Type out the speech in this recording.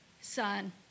Son